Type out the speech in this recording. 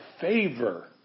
favor